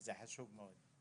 וזה חשוב מאוד.